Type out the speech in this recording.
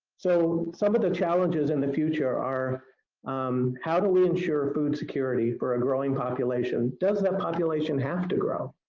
so some of the challenges in the future are how do we ensure food security for a growing population? does that population have to grow?